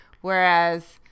whereas